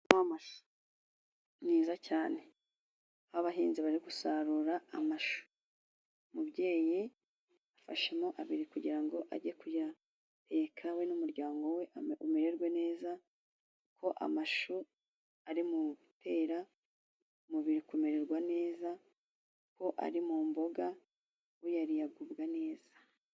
Umurima w'amashu mwiza cyane. Abahinzi bari gusarura amashu. Umubyeyi afashemo abiri kugira ngo ajye kuyateka we n'umuryango we umererwe neza, kuko amashu ari mu bitera umubiri kumererwa neza, kuko ari mu mboga uyariye agubwa neza.